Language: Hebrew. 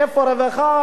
איפה הרווחה,